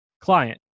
client